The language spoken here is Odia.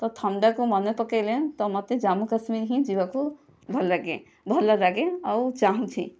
ତ ଥଣ୍ଡା କୁ ମନେ ପକାଇଲେ ତ ମୋତେ ଜମ୍ମୁ କାଶ୍ମୀର ହିଁ ଯିବାକୁ ଭଲଲାଗେ ଭଲଲାଗେ ଆଉ ଚାଁହୁଛି